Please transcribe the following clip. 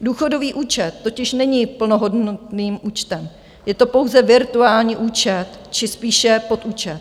Důchodový účet totiž není plnohodnotným účtem, je to pouze virtuální účet či spíše podúčet.